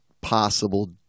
possible